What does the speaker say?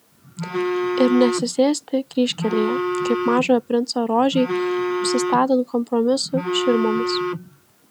ir nesisėsti kryžkelėje kaip mažojo princo rožei apsistatant kompromisų širmomis